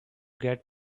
get